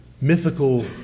mythical